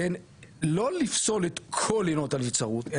לא לפסול את כל עילות הנבצרות,